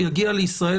יגיע לישראל.